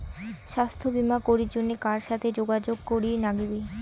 স্বাস্থ্য বিমা করির জন্যে কার সাথে যোগাযোগ করির নাগিবে?